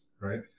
Right